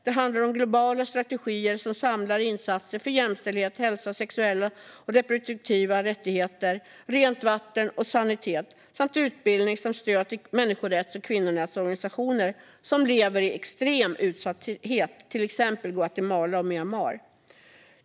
Det handlar om globala strategier som samlar insatser för jämställdhet, hälsa, sexuella och reproduktiva rättigheter, rent vatten och sanitet samt utbildning och stöd till människorätts och kvinnonätsorganisationer för människor som lever i extrem utsatthet, exempelvis i Guatemala och Myanmar.